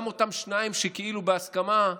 גם אותם שניים שכאילו בהסכמה,